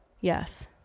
Yes